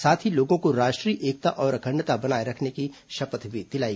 साथ ही लोगों को राष्ट्रीय एकता और अखंडता बनाए रखने की शपथ दिलाई